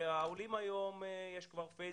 היום יש כבר פייסבוק,